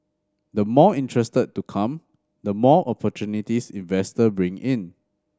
the more interested to come the more opportunities investor bring in